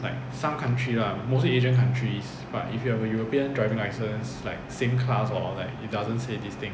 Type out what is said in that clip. like some country lah mostly asian countries but if you have a european driving license like same class or like it doesn't say this thing